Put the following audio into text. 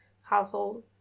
household